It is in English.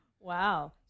Wow